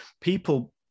people